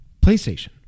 PlayStation